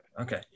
okay